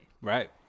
right